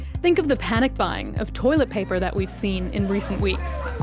think of the panic-buying of toilet paper that we've seen in recent weeks.